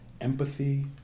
empathy